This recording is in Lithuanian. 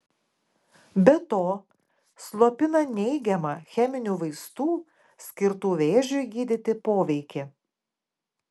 be to slopina neigiamą cheminių vaistų skirtų vėžiui gydyti poveikį